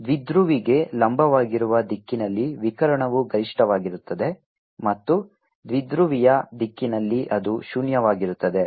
ದ್ವಿಧ್ರುವಿಗೆ ಲಂಬವಾಗಿರುವ ದಿಕ್ಕಿನಲ್ಲಿ ವಿಕಿರಣವು ಗರಿಷ್ಠವಾಗಿರುತ್ತದೆ ಮತ್ತು ದ್ವಿಧ್ರುವಿಯ ದಿಕ್ಕಿನಲ್ಲಿ ಅದು ಶೂನ್ಯವಾಗಿರುತ್ತದೆ